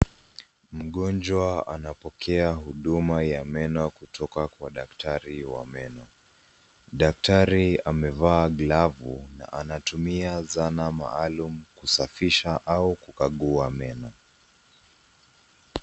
Mgonjwa anapokea huduma ya meno kutoka kwa daktari wa meno. Daktari amevaa glavu na anatumia zana maalum kusafisha au kukagua meno.